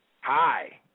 Hi